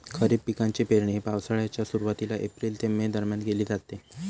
खरीप पिकांची पेरणी पावसाळ्याच्या सुरुवातीला एप्रिल ते मे दरम्यान केली जाते